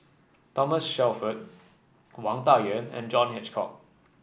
Thomas Shelford Wang Dayuan and John Hitchcock